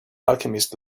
alchemist